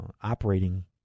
operating